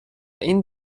این